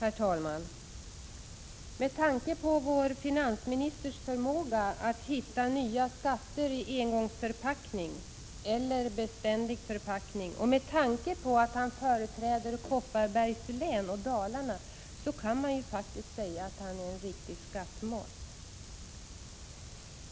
Herr talman! Med tanke på vår finansministers förmåga att hitta nya skatter i engångsförpackning eller beständig förpackning och med tanke på att han företräder Kopparbergs län och Dalarna så kan man ju faktiskt säga att han är en riktig skattmas.